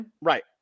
Right